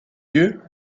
lieu